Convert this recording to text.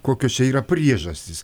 kokios čia yra priežastys